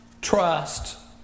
trust